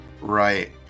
Right